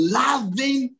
loving